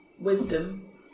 wisdom